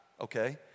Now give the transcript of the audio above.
Okay